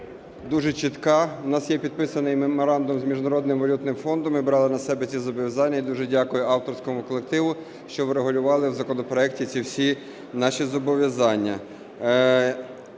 дуже чітка. В нас є підписаний меморандум з Міжнародним валютним фондом, ми брали на себе ці зобов'язання. І дуже дякую авторському колективу, що врегулювали в законопроекті ці всі наші зобов'язання.